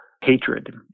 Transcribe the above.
hatred